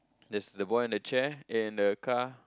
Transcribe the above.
there the boy in the chair in a car